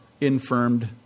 infirmed